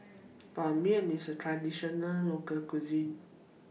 Ban Mian IS A Traditional Local Cuisine